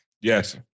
Yes